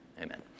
Amen